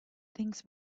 things